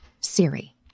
Siri